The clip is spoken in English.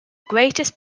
greatest